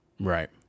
Right